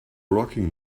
rocking